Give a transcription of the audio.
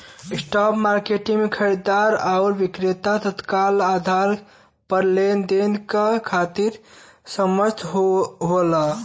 spot market में खरीदार आउर विक्रेता तत्काल आधार पर लेनदेन के खातिर सहमत होलन